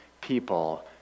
people